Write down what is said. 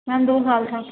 میم دو سال کا